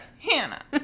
Hannah